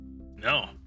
No